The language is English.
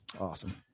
Awesome